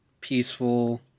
peaceful